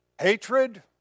hatred